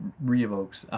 re-evokes